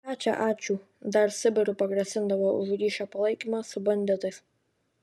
ką čia ačiū dar sibiru pagrasindavo už ryšio palaikymą su banditais